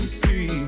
see